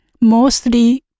mostly